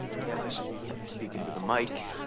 i guess i should speak into the mic.